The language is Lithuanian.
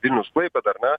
vilnius klaipėda ar ne